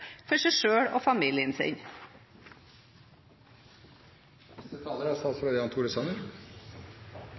for seg selv og familien sin. Jeg er